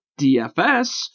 DFS